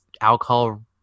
alcohol